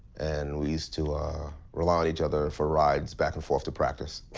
and we used to rely on each other for rides back and forth to practice.